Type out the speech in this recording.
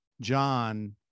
John